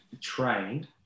trained